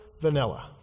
vanilla